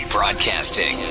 Broadcasting